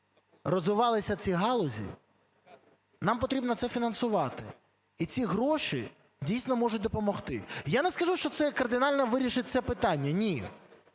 розвивалися ці галузі, нам потрібно це фінансувати, і ці гроші дійсно можуть допомогти. Я не кажу, що це кардинально вирішить це питання –